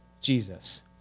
Jesus